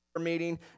meeting